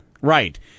Right